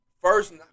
First